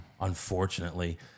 Unfortunately